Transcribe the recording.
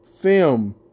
film